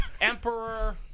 emperor